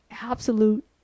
absolute